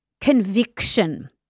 conviction